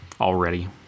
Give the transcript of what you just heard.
already